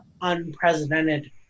unprecedented